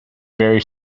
very